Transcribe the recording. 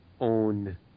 own